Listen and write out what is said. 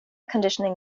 conditioning